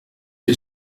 the